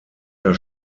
der